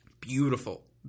beautiful